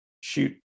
shoot